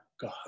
God